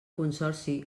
consorci